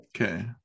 okay